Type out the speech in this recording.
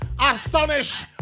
astonish